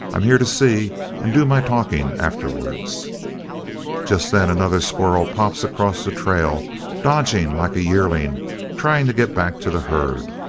i'm here to see and do my talking afterwards just then another squirrel pops across the trail dodging like a yearling trying to get back to the herd.